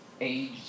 age